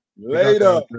Later